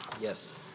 Yes